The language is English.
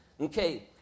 Okay